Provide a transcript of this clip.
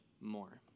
more